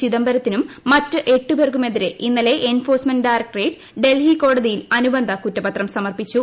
ചിദംബരത്തിനും മറ്റ് എട്ട് പേർക്കുമെതിരെ ഇന്നലെ എൻഫോഴ്സ്മെന്റ് ഡയറക്ടറേറ്റ് ഡൽഹി കോടതിയിൽ അനുബന്ധ കുറ്റപത്രം സമർപ്പിച്ചു